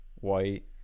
white